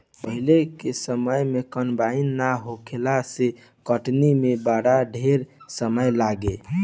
पहिले के समय कंबाइन नाइ होखला से कटनी में बड़ा ढेर समय लागे